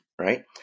right